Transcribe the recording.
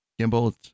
gimbal